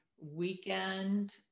weekend